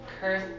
Curse